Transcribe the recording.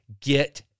Get